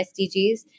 SDGs